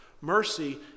Mercy